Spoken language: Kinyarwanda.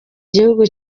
gihugu